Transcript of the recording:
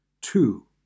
Two